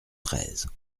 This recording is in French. treize